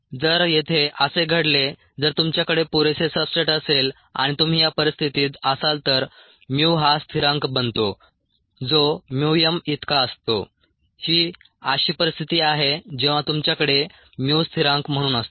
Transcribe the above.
जर येथे असे घडले जर तुमच्याकडे पुरेसे सबस्ट्रेट असेल आणि तुम्ही या परिस्थितीत असाल तर mu हा स्थिरांक बनतो जो mu m इतका असतो ही अशी परिस्थिती आहे जेव्हा तुमच्याकडे mu स्थिरांक म्हणून असतो